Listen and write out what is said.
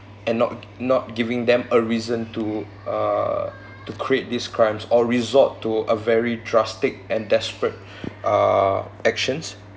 and not not giving them a reason to uh to create these crimes or resort to a very drastic and desperate uh actions